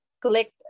click